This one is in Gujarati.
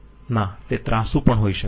ના તે ત્રાંસુ પણ હોઈ શકે છે